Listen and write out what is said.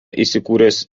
įsikūręs